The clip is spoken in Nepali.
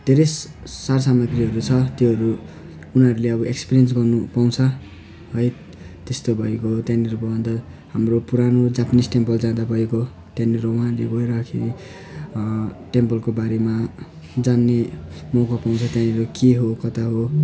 धेरै सार सामग्रीहरू छ त्योहरू उनीहरूले अब एक्सपिरियन्स गर्नु पाउँछ हरेक त्यस्तो भइगयो त्यहाँनिरको अन्त हाम्रो पुरानो जापानिस टेम्पल जाँदा गएको त्यहाँनिर उहाँले गएरखेरि टेम्पलको बारेमा जान्ने मौका पाउँदा त्यहीहरू के हो कता हो